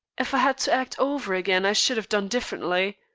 if i had to act over again i should have done differently.